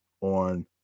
on